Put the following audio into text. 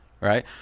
right